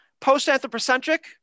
post-anthropocentric